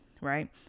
right